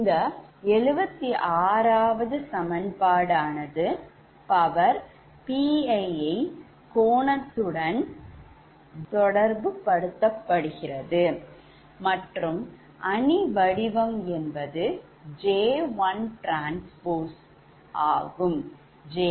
இந்த 76 சமன்பாடு ஆனது power Pi ஐ கோணத்துடன் ɗk தொடர்புபடுத்துகிறது மற்றும் அணி வடிவம் என்பது J1 transpose இடமாற்றம் ஆகும்